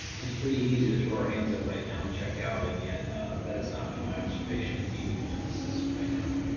it's pretty easy to throw our hands up right now and check out, and yet that is not been my observation at anyone in this system right now,